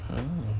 um